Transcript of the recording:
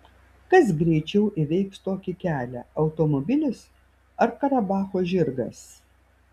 kas greičiau įveiks tokį kelią automobilis ar karabacho žirgas